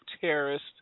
Terrorist